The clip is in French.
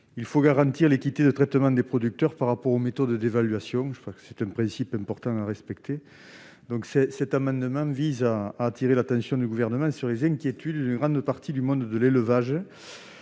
il faut garantir une équité de traitement des producteurs par rapport aux méthodes d'évaluation retenues. C'est un principe important à respecter. Cet amendement vise à attirer l'attention du Gouvernement sur les inquiétudes d'une grande partie du monde de l'élevage